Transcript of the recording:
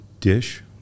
dish